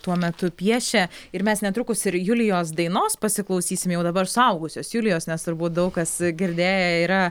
tuo metu piešė ir mes netrukus ir julijos dainos pasiklausysim jau dabar suaugusios julijos nes turbūt daug kas girdėję yra